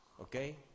Okay